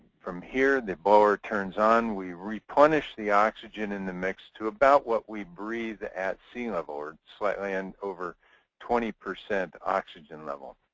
from here the blower turns on. we replenish the oxygen in the mix to about what we breath at sea level, or slightly and over twenty percent oxygen level.